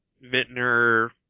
Vintner